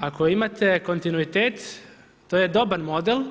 Ako imate kontinuitet, to je dobar model,